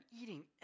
eating